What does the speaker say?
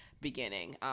beginning